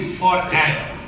forever